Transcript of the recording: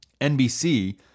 NBC